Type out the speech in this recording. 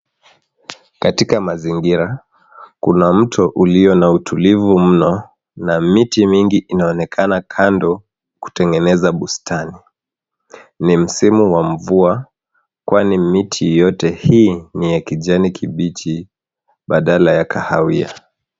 Katika mazingira, kuna mto ulio na utulivu mno. Kuna miti mingi inaonekana kando kutengeneza bustani. Ni msimu wa mvua kwani miti yote hii ni ya kijani kibichi badala ya kahawia.